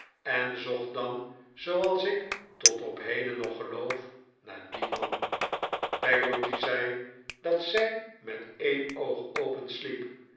en zocht dan zooals ik tot op heden nog geloof naar dien man peggotty zei dat zij met een oog open